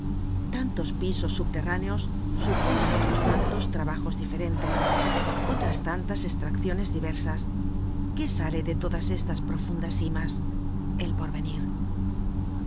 tantos pisos subterráneos suponen otros tantos trabajos diferentes otras tantas estracciones diversas qué sale de todas estas profundas simas el porvenir